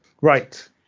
Right